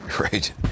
Right